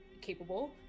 capable